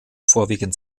vorwiegend